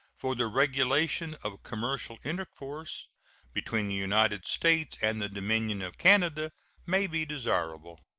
for the regulation of commercial intercourse between the united states and the dominion of canada may be desirable.